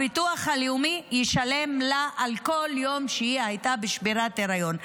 הביטוח הלאומי ישלם לה על כל יום שהיא הייתה בשמירת היריון,